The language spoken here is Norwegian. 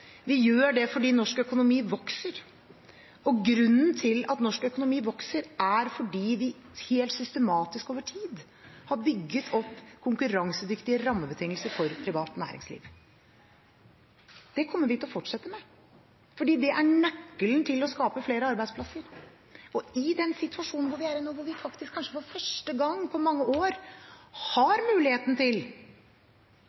Vi gjør det fordi norsk økonomi vokser. Og grunnen til at norsk økonomi vokser, er at vi helt systematisk over tid har bygget opp konkurransedyktige rammebetingelser for privat næringsliv. Det kommer vi til å fortsette med, for det er nøkkelen til å skape flere arbeidsplasser. I den situasjonen vi er i nå, har vi kanskje for første gang på mange år